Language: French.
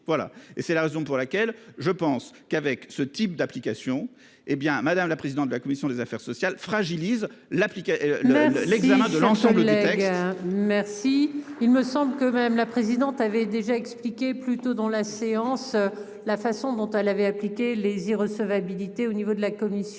Voilà et c'est la raison pour laquelle je pense qu'avec ce type d'application. Hé bien, madame la présidente de la commission des affaires sociales fragilise l'appliquer le l'examen de l'ensemble. Les Tigers merci. Il me semble que même la présidente avait déjà expliqué plus tôt dans la séance. La façon dont elle avait appliqué les y'recevabilité au niveau de la commission